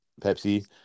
Pepsi